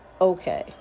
okay